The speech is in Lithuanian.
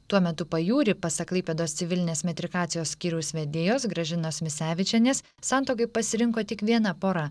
tuo metu pajūrį pasak klaipėdos civilinės metrikacijos skyriaus vedėjos gražinos misevičienės santuokai pasirinko tik viena pora